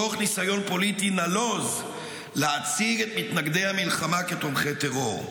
תוך ניסיון פוליטי נלוז להציג את מתנגדי המלחמה כתומכי טרור,